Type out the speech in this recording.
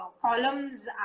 columns